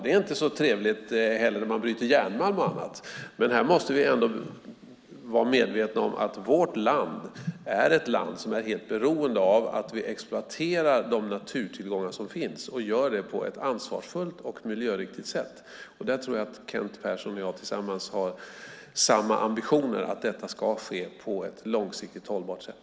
Det är inte så trevligt heller när man bryter järnmalm och annat, men här måste vi ändå vara medvetna om att vårt land är helt beroende av att vi exploaterar de naturtillgångar som finns och gör detta på ett ansvarsfullt och miljöriktigt sätt. Där tror jag att Kent Persson och jag har samma ambitioner, nämligen att det ska ske på ett långsiktigt hållbart sätt.